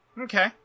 Okay